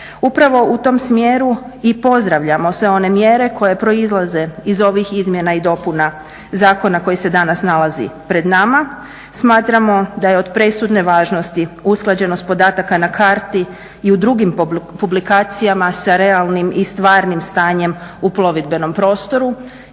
Upravo u tom smjeru i pozdravljamo sve one mjere koje proizlaze iz ovih izmjena i dopuna zakona koji se danas nalazi pred nama, smatramo da je od presudne važnosti usklađenost podataka na karti i u drugim publikacijama sa realnim i stvarnim stanjem u plovidbenom prostoru.